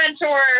mentor